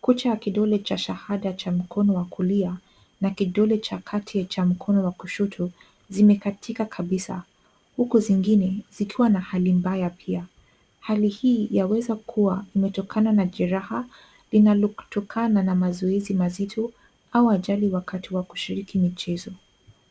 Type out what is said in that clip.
Kucha ya kidole cha shahada cha mkono wa kulia, na kidole cha kati cha mkono wa kushoto, zimekatika kabisa, huku zingine zikiwa na hali mbaya pia. Hali hii yaweza kuwa imetokana na jeraha linalotokana na mazoezi mazito au ajali wakati wa kushiriki michezo.